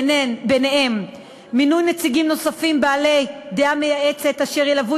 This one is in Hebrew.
ובהם: מינוי נציגים נוספים בעלי דעה מייעצת אשר ילוו